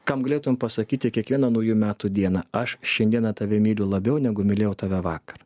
kam galėtum pasakyti kiekvieną naujų metų dieną aš šiandieną tave myliu labiau negu mylėjau tave vakar